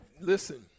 listen